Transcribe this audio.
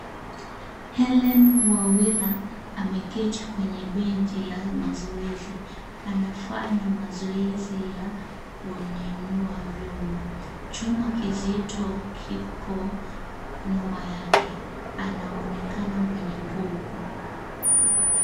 Hellen Wawira ameketi kwenye benchi la mazoezi, anafanya mazoezi ya, kunyanyua vyuma, chuma kizito, kiko, nyuma yake, anaonekana mwenye nguvu.